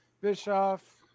Bischoff